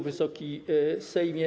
Wysoki Sejmie!